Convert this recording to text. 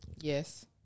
Yes